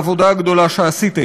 תודות רבות על העבודה הגדולה שעשיתם: